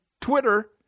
Twitter